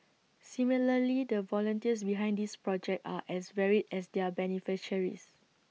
similarly the volunteers behind this project are as varied as their beneficiaries